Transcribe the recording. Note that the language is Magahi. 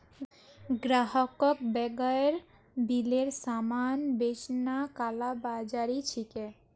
ग्राहकक बेगैर बिलेर सामान बेचना कालाबाज़ारी छिके